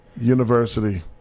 University